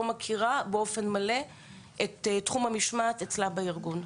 מכירה באופן מלא את תחום המשמעת אצלה בארגון.